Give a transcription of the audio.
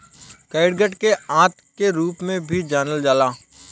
catgut के आंत के रूप में भी जानल जाला